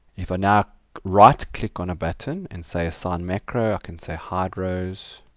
if i now right click on a button and say assign macro i can say hide rows